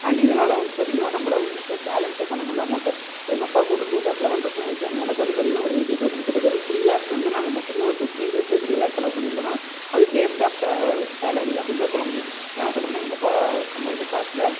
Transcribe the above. and இதனால் வந்து பார்த்தீங்கன்னா நம்மளால ஈஸியாக பேலன்ஸே பண்ண முடியல அமௌண்ட்டை ஸோ எங்கள் அப்பாவுக்கு ஒரு டூ லேக் லெவன் தௌசண்ட் ஆயிடித்து அண்ட் எனக்கு வந்து பார்த்தீங்கன்னா ஒரு எயிட்டி தௌசண்ட் கிட்டதட்ட த்ரீ லேக்ஸ் வந்து நாங்கள் மொத்தமே ஒரு ஃபிப்டீன் டேஸில் த்ரீ லேக்ஸ் செலவு பண்ணியிருக்கோம்னா அது வேஸ்ட் ஆஃப் த சேலரி அப்படின்தான் சொல்ல முடியும் ஏன் நான் சொல்கிறேன்னா எங்கள் அப்பா சம்பாதிச்ச காசில்